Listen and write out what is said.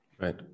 Right